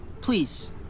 Please